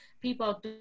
people